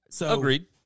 Agreed